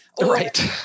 Right